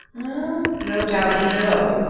well, no doubt you know.